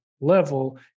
level